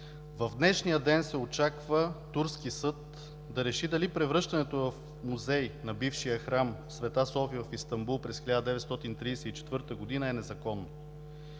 В днешния ден се очаква турски съд да реши дали превръщането на бившия храм „Света София“ в Истанбул в музей през 1934 г. е незаконно.